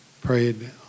prayed